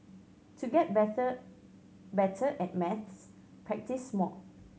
to get better at maths practise more